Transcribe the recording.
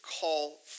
call